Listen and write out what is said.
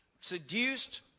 seduced